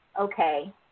okay